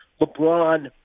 LeBron